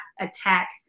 attack